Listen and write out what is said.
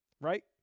right